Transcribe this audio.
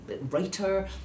writer